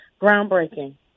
groundbreaking